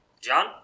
John